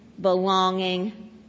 belonging